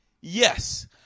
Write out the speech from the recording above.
Yes